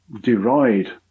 deride